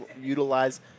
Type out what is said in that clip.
utilize